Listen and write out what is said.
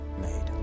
made